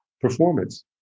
performance